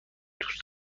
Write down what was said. دوست